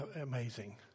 amazing